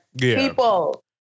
people